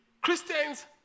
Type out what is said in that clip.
Christians